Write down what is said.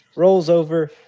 rolls over,